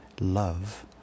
love